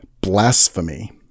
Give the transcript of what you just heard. blasphemy